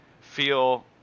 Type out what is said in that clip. feel